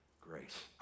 grace